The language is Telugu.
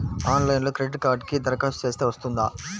ఆన్లైన్లో క్రెడిట్ కార్డ్కి దరఖాస్తు చేస్తే వస్తుందా?